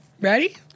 ready